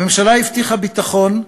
הממשלה הבטיחה ביטחון,